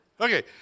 Okay